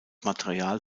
material